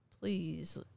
Please